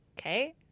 Okay